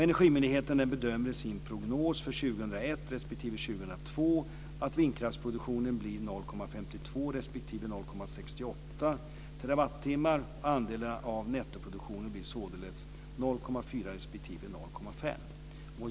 Energimyndigheten bedömer i sin prognos för 2001 respektive Vad jag vill göra är att påskynda den här processen.